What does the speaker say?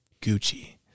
Gucci